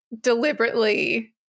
deliberately-